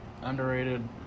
Underrated